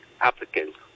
applicants